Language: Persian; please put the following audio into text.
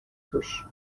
توش